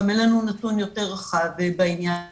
גם אין לנו נתון יותר רחב בעניין הזה.